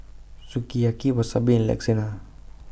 Sukiyaki Wasabi and Lasagna